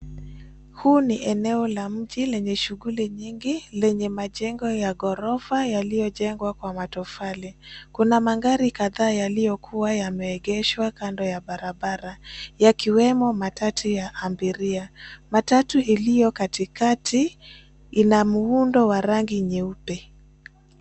Huu ni eneo la mji lenye shughuli nyingi lenye majengo ya ghorofa yaliyojengwa kwa matofali. Kuna magari kadhaa yaliyokuwa yameegeshwa kando ya barabara yakiwemo matatu ya abiria. Matatu iliyo katikati ina muundo wa rangi nyeupe.